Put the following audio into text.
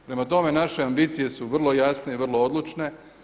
Prema tome, naše ambicije su vrlo jasne i vrlo odlučne.